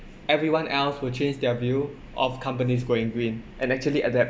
everyone else will change their view of companies going green and actually adapt